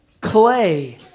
clay